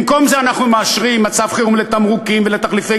במקום זה אנחנו מאשרים מצב חירום לתמרוקים ולתחליפי